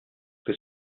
que